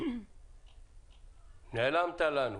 --- נעלמת לנו.